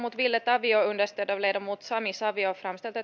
ville tavio sami savion